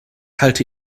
halte